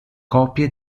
copie